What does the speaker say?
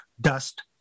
dust